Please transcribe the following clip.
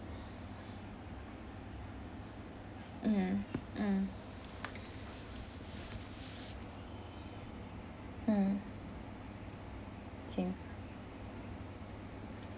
mm mm mm same